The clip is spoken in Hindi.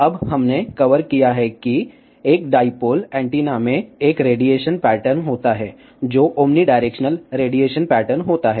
अब हमने कवर किया है कि एक डाईपोल एंटीना में एक रेडिएशन पैटर्न होता है जो ओमनीडायरेक्शनल रेडिएशन पैटर्न होता है